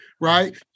right